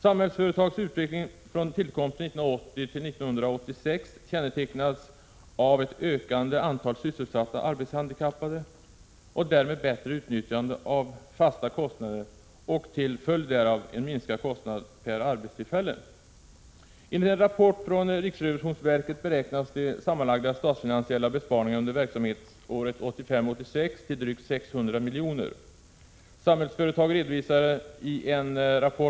Samhällsföretagsutveckling från tillkomsten 1980 fram till 1986 kännetecknas av ett ökande antal sysselsatta arbetshandikappade, och därmed bättre utnyttjande av fasta kostnader och till följd därav en minskad kostnad per arbetstillfälle. Enligt en rapport från riksrevisionsverket beräknas de sammanlagda statsfinansiella besparingarna under verksamhetsåret 1985/86 till drygt 600 milj.kr. Samhällsföretag redovisade i en rapport 1986, utförd av en Prot.